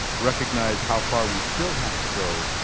recognize how far we still have to go,